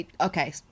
okay